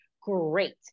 Great